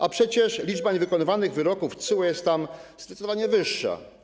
A przecież liczba niewykonywanych wyroków TSUE jest tam zdecydowanie wyższa.